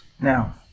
Now